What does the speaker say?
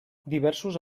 diversos